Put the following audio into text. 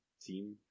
team